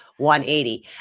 180